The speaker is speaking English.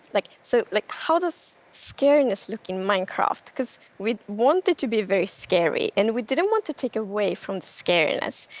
like so, like how does scariness look in minecraft? because we want it to be very scary, and we didn't want to take away from scariness.